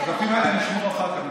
את הדפים האלה נשמור לאחר כך.